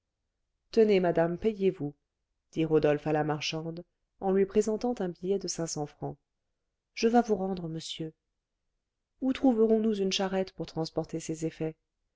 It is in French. tenez madame payez-vous dit rodolphe à la marchande en lui présentant un billet de cinq cents francs je vas vous rendre monsieur où trouverons-nous une charrette pour transporter ces effets